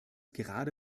gerade